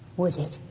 would it?